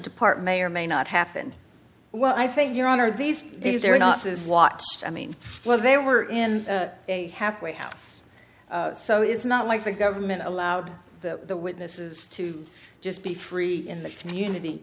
depart may or may not happen well i think your honor these days they're not says what i mean they were in a halfway house so it's not like the government allowed the witnesses to just be free in the community